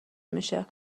میشه